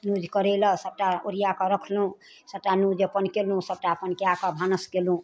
use करैलए सबटा ओरिआकऽ रखलहुँ सबटा यूज अपन केलहुँ सबटा अपन कऽ कऽ भानस केलहुँ